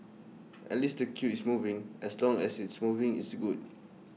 at least the queue is moving as long as it's moving it's good